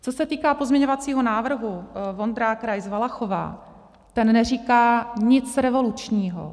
Co se týká pozměňovacího návrhu Vondrák, Rais, Valachová, ten neříká nic revolučního.